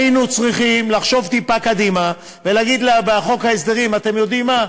היינו צריכים לחשוב טיפה קדימה ולהגיד בחוק ההסדרים: אתם יודעים מה,